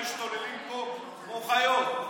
הם משתוללים פה כמו חיות.